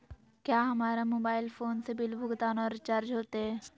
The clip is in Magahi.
क्या हमारा मोबाइल फोन से बिल भुगतान और रिचार्ज होते?